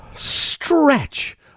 stretch